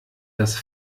das